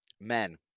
men